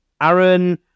Aaron